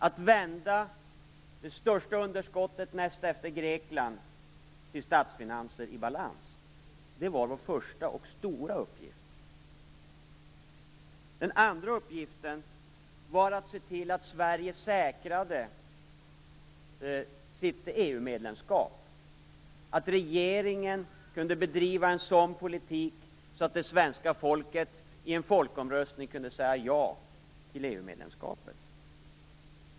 Att vända det största underskottet näst efter Greklands till statsfinanser i balans var vår första och stora uppgift. Den andra uppgiften var att se till att Sverige säkrade sitt EU medlemskap och att regeringen kunde bedriva en sådan politik att det svenska folket i en folkomröstning kunde säga ja till EU-medlemskapet.